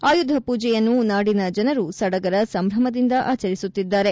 ಆಯುಧ ಪೂಜೆಯನ್ನು ಜನರು ಸಡಗರ ಸಂಭ್ರಮದಿಂದ ಆಚರಿಸುತ್ತಿದ್ದಾರೆ